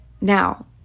Now